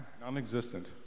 Non-existent